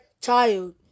child